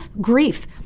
grief